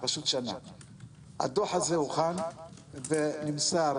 הדוח הזה הוכן ונמסר.